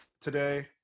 today